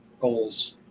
goals